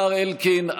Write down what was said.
השר אלקין,